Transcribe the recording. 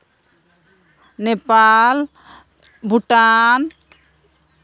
Nepal Bhutan